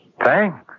Thanks